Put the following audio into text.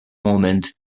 moment